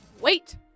Wait